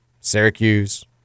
Syracuse